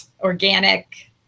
organic